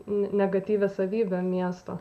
negatyvią savybę miesto